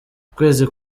ukwezi